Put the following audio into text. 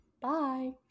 Bye